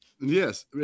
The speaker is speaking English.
Yes